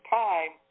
time